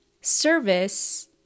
service